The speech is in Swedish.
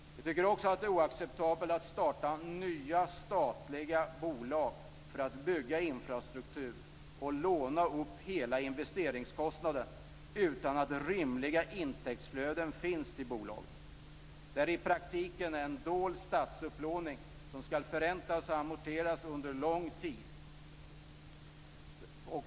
Det är också oacceptabelt att starta nya statliga bolag för att bygga infrastruktur och låna upp hela investeringskostnaden utan att rimliga intäktsflöden finns till bolagen. Det är i praktiken en dold statsupplåning, som skall förräntas och amorteras under lång tid.